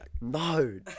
No